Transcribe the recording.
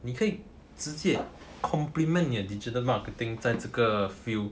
你可以直接 complement 你的 digital marketing 在这个 field